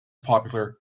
popular